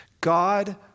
God